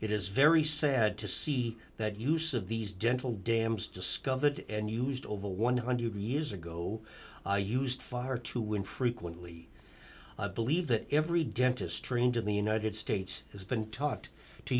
it is very sad to see that use of these dental dams discovered and used over one hundred years ago i used far too when frequently i believe that every dentistry and in the united states has been taught to